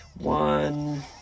One